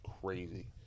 crazy